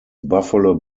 buffalo